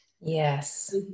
Yes